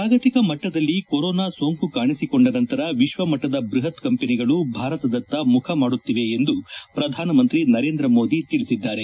ಜಾಗತಿಕ ಮಟ್ಟದಲ್ಲಿ ಕೊರೋನಾ ಸೋಂಕು ಕಾಣಿಸಿಕೊಂಡ ನಂತರ ವಿಶ್ವಮಟ್ಟದ ಬೃಹತ್ ಕಂಪನಿಗಳು ಭಾರತದತ್ತ ಮುಖ ಮಾಡುತ್ತಿವೆ ಎಂದು ಪ್ರಧಾನಮಂತ್ರಿ ನರೇಂದ್ರ ಮೋದಿ ತಿಳಿಸಿದರು